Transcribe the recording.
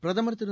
பிரதமர் திரு